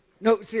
No